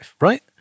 right